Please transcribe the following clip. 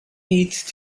heed